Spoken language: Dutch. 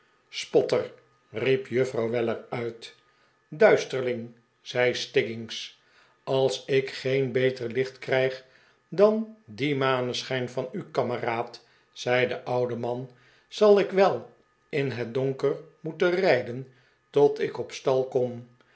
spotter riep juffrouw weller uit duisterling zei stiggins als ik geen beter licht krijg dan dien maneschijn van u kameraad zei de oude man zal ik wel in het donker moeten rijden tot ik op stal kom